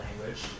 language